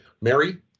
Mary